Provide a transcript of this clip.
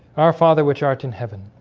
our father which art in heaven